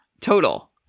total